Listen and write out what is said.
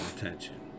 attention